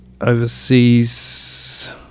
overseas